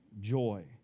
Joy